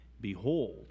behold